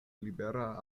libera